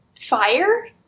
fire